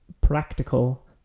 practical